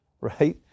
right